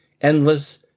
endless